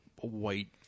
white